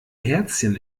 herzchen